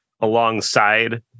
alongside